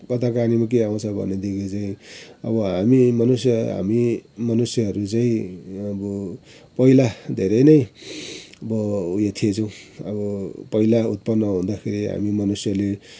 भनेदेखि चाहिँ अबहामी मनुष्य हामी मनुष्यहरू चाहिँ अब पहिला धेरै नै अब उयो थिएछौँ अब पहिला उत्पन्न हुदाँखेरि हामी मनुष्यले